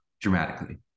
dramatically